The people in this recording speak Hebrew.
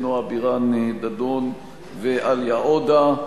נועה בירן-דדון ועאליה עודה,